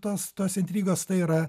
tos tos intrigos tai yra